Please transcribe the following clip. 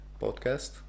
podcast